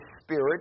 Spirit